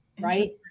right